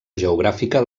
geogràfica